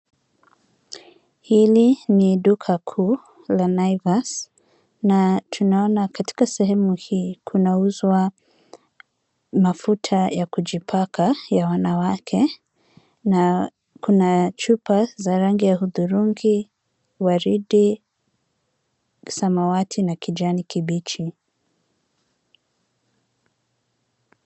Hili ni duka kuu la Naivas na tunaona katika sehemu hii, kunauzwa mafuta ya kujipaka ya wanawake na kuna chupa za rangi ya hudhurungi, waridi, samawati na kijani kibichi.